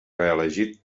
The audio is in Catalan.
reelegit